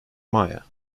maya